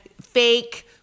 fake